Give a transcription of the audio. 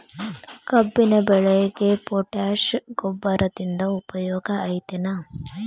ಕಬ್ಬಿನ ಬೆಳೆಗೆ ಪೋಟ್ಯಾಶ ಗೊಬ್ಬರದಿಂದ ಉಪಯೋಗ ಐತಿ ಏನ್?